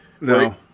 No